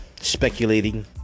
speculating